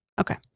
Okay